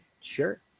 Sure